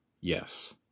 yes